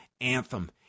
anthem